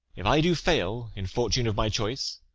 if i do fail in fortune of my choice,